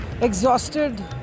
Exhausted